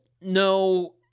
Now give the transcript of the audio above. no